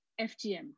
FGM